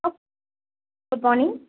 hello good morning